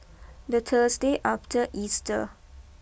the Thursday after Easter